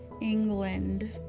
England